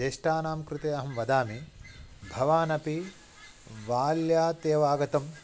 ज्येष्ठानां कृते अहं वदामि भवानपि बाल्यादेव आगतम्